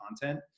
content